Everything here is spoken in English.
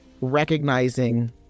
recognizing